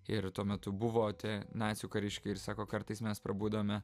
ir tuo metu buvo tie nacių kariškiai ir sako kartais mes prabūdavome